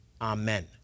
Amen